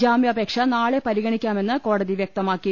ജാമ്യാപേക്ഷ നാളെ പരിഗണിക്കാമെന്ന് കോടതി വ്യക്തമാക്കി